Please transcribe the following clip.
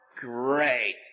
great